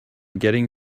getting